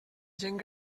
gent